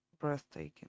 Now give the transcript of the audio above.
breathtaking